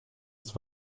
ist